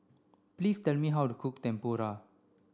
please tell me how to cook Tempura